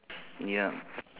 ya